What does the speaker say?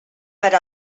per